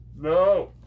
No